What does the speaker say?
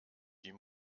die